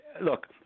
look